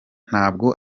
ntabwo